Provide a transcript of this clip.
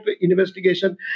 investigation